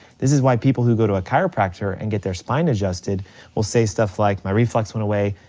this is why people who go to a chiropractor and get their spine adjusted will say stuff like my reflux went away,